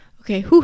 Okay